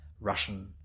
Russian